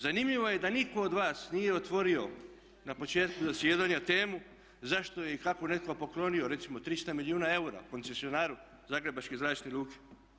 Zanimljivo je da nitko od vas nije otvorio na početku zasjedanja temu zašto je i kako je netko poklonio recimo 300 milijuna eura koncesionaru Zagrebačke zračne luke.